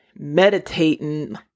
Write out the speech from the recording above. meditating